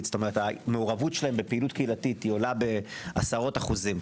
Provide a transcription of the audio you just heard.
כלומר המעורבות שלהן בפעילות קהילתית עולה בעשרות אחוזים,